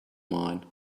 mine